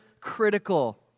critical